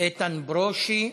איתן ברושי,